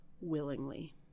willingly